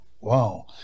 Wow